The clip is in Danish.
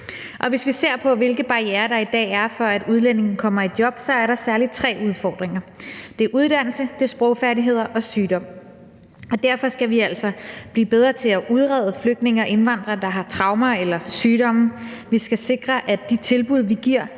Hvis vi ser på, hvilke barrierer der i dag er for, at udlændinge kommer i job, er der særlig tre udfordringer: Det er uddannelse, det er sprogfærdigheder, og det er sygdom. Derfor skal vi altså blive bedre til at udrede flygtninge eller indvandrere, der har traumer eller sygdomme. Vi skal sikre, at de tilbud, vi giver,